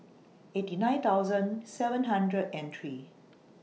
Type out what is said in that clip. eighty nine thousand seven hundred and three